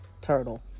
turtle